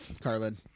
Carlin